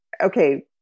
okay